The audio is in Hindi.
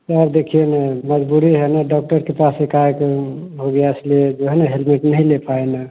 सर देखिए न मजबूरी है न डाक्टर के पास एकाएक हो गया इसलिए जो है न हेलमेट नहीं ले के पाया मैं